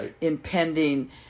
impending